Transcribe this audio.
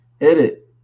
Edit